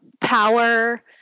Power